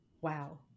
wow